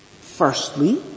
Firstly